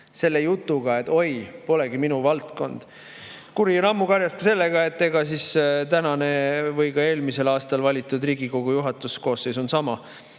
tuli jutuga, et oi, pole minu valdkond. Kuri on ammu karjas ka sellega, et ega siis tänane või ka eelmisel aastal valitud Riigikogu juhatus – koosseis on sama